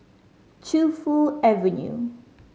Tu Fu Avenue